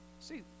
see